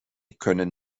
können